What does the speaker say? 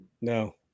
No